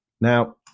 Now